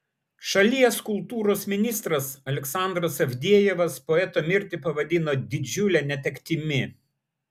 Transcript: šalies kultūros ministras aleksandras avdejevas poeto mirtį pavadino didžiule netektimi